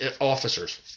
officers